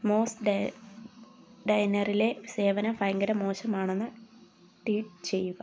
MOS the ഡൈനറിലെ സേവനം ഭയങ്കര മോശമാണെന്ന് ട്വീറ്റ് ചെയ്യുക